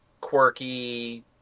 quirky